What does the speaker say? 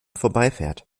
vorbeifährt